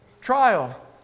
trial